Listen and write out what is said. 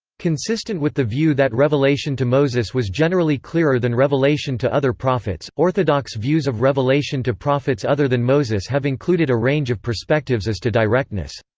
consistent with the view that revelation to moses was generally clearer than revelation to other prophets, orthodox views of revelation to prophets other than moses have included a range of perspectives as to directness.